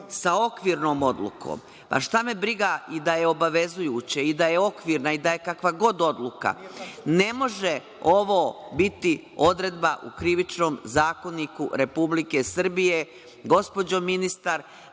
sa okvirnom odlukom. Šta me briga i da je obavezujuće i da je okvirna i da je kakva god odluka, ne može ovo biti odredba u Krivičnom zakoniku Republike Srbije. Gospođo ministar,